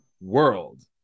world